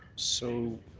so